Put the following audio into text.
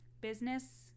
business